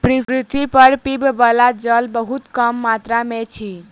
पृथ्वी पर पीबअ बला जल बहुत कम मात्रा में अछि